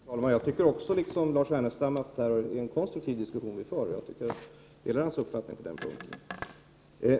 Herr talman! Jag tycker som Lars Ernestam att vi här för en konstruktiv diskussion. Jag delar alltså hans uppfattning på den punkten.